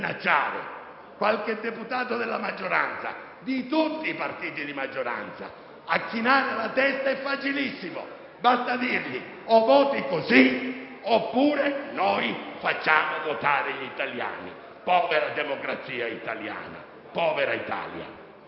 qualche parlamentare della maggioranza, di tutti i partiti di maggioranza, e fargli chinare la testa, è facilissimo. Basta dirgli: o voti così, oppure noi facciamo votare gli italiani. Povera democrazia italiana, povera Italia!